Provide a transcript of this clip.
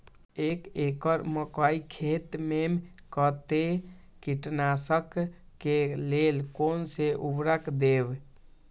एक एकड़ मकई खेत में कते कीटनाशक के लेल कोन से उर्वरक देव?